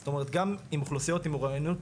זאת אומרת, גם עם אוכלוסיות עם אוריינות